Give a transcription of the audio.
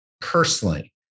personally